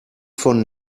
von